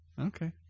Okay